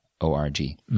O-R-G